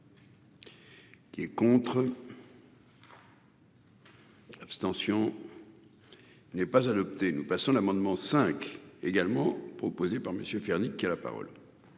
Qui est contre. L'abstention. N'est pas adopté. Nous passons l'amendement cinq également proposé par messieurs Ferrandi qui a la parole.